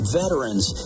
veterans